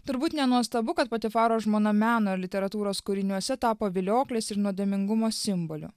turbūt nenuostabu kad patifaro žmona meno ir literatūros kūriniuose tapo vilioklės ir nuodėmingumo simboliu